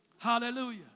Hallelujah